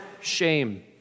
shame